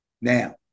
Now